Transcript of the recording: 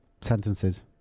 sentences